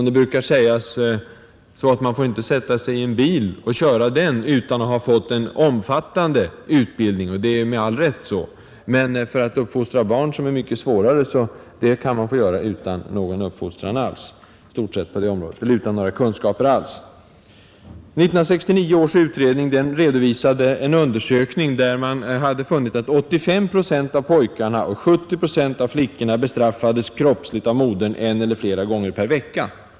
Det brukar sägas att man inte får sätta sig i en bil och köra den utan att ha fått en omfattande utbildning, och det är med all rätt så, men uppfostra barn, som är mycket svårare, får man göra utan några kunskaper alls. 1969 års utredning redovisade en undersökning som gett vid handen 47 att 85 procent av pojkarna och 70 procent av flickorna bestraffades kroppsligt av modern en eller flera gånger i veckan.